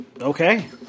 Okay